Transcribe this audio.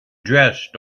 dressed